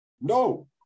No